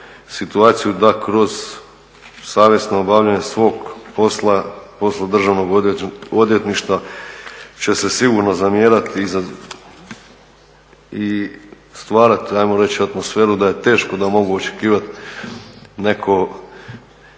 situaciju da kroz savjesno obavljanje svog posla poslu Državnog odvjetništva će se sigurno zamjerati i stvarati ajmo reći atmosferu da je teško da mogu očekivati neko